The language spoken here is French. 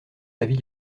l’avis